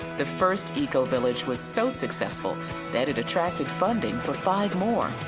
the first eco-village was so successful that it attracted funding for five more,